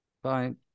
Fine